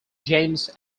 james